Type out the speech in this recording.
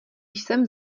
jsem